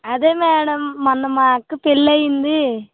అదే మేడం మొన్న మా అక్క పెళ్ళి అయ్యింది